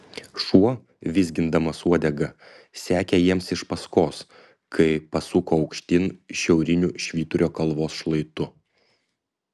šuo vizgindamas uodega sekė jiems iš paskos kai pasuko aukštyn šiauriniu švyturio kalvos šlaitu